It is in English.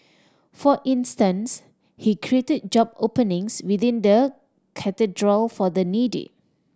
for instance he created job openings within the Cathedral for the needy